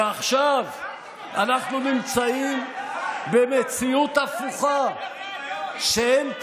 ועכשיו אנחנו נמצאים במציאות הפוכה שאין כמוה,